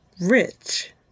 rich